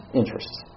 interests